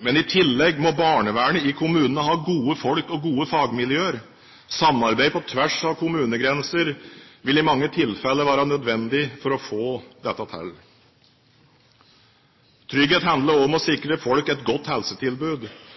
men i tillegg må barnevernet i kommunene ha gode folk og gode fagmiljøer. Samarbeid på tvers av kommunegrenser vil i mange tilfeller være nødvendig for å få dette til. Trygghet handler også om å sikre folk et godt helsetilbud.